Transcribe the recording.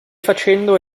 facendo